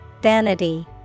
Vanity